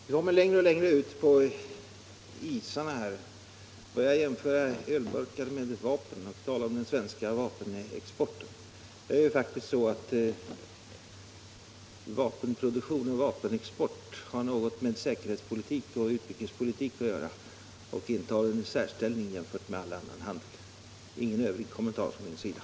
Herr talman! Vi kommer längre och längre ut på isarna, när herr Bengtson börjar jämföra ölburkar med vapen och talar om den svenska vapenexporten. Nu är det faktiskt så att vapenproduktionen och vapenexporten har med säkerhetspolitik och utrikespolitik att göra och intar - därför en särställning jämfört med all annan handel. Ingen övrig kommentar från min sida.